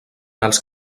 els